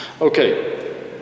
Okay